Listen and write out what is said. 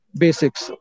basics।